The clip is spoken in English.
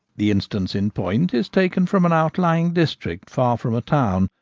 the instance in point is taken from an out lying district far from a town,